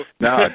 No